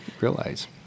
realize